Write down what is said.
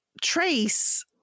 Trace